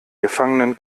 gefangenen